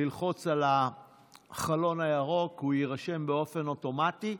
ללחוץ על החלון הירוק, והוא יירשם באופן אוטומטי.